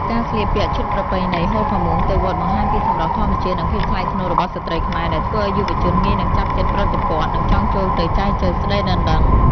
ការស្លៀកពាក់ឈុតប្រពៃណី ហូល ផាមួង ទៅវត្ត បង្ហាញពីសម្រស់ធម្មជាតិ និងភាពថ្លៃថ្នូររបស់ស្ត្រីខ្មែរ ដែលធ្វើឱ្យយុវជនងាយនឹងចាប់ចិត្តប្រតិព័ទ្ធ និងចង់ចូលទៅចែចូវស្ដីដណ្ដឹង។